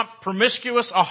promiscuous